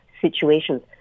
situations